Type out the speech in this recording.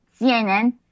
CNN